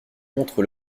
contre